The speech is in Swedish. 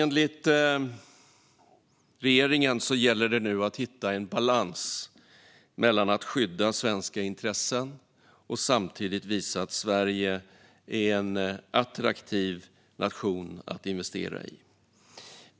Enligt regeringen gäller det nu att hitta en balans mellan att skydda svenska intressen och samtidigt visa att Sverige är en attraktiv nation att investera i.